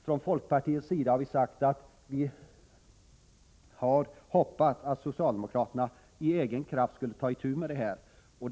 Från folkpartiets sida har vi hoppats att socialdemokraterna av egen kraft skulle ta itu med detta problem.